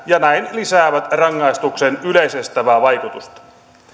ja näin lisäävät rangaistuksen yleisestävää vaikutusta